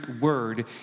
word